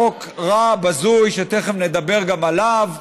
חוק רע, בזוי, שתכף נדבר גם עליו,